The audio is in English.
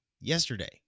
yesterday